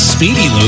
Speedy